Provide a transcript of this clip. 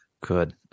Good